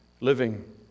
living